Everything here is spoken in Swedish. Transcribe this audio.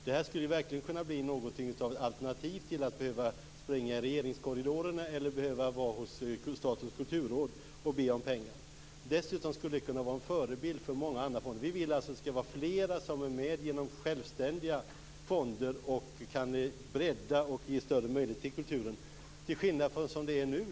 Detta skulle verkligen kunna bli ett alternativ till att behöva springa i korridorerna hos regeringen eller Statens kulturråd och be om pengar. Dessutom skulle det kunna vara en förebild för många andra fonder. Vi vill alltså att det skall vara flera som är med och genom självständiga fonder breddar och ger större möjligheter åt kulturen - till skillnad mot hur det är nu.